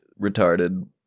retarded